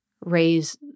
raise